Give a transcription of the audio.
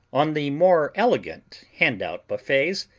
on the more elegant handout buffets,